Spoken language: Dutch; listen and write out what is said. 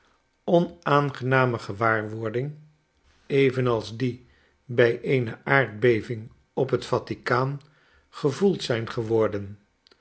onaangename gewaarwording evenals die bij eene aardbeving op het vatikaan gevoeld zijn geworden